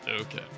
Okay